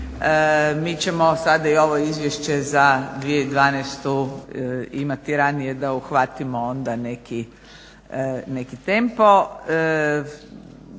Mi ćemo sada i ovo izvješće za 2012. imati ranije da uhvatimo onda neki tempo.